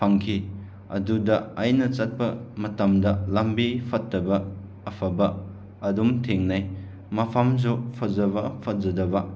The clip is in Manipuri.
ꯐꯪꯈꯤ ꯑꯗꯨꯗ ꯑꯩꯅ ꯆꯠꯄ ꯃꯇꯝꯗ ꯂꯝꯕꯤ ꯐꯠꯇꯕ ꯑꯐꯕ ꯑꯗꯨꯝ ꯊꯦꯡꯅꯩ ꯃꯐꯝꯁꯨ ꯐꯖꯕ ꯐꯖꯗꯕ